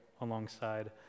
alongside